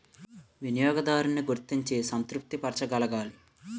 వినియోగదారున్ని గుర్తించి సంతృప్తి పరచగలగాలి